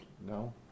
No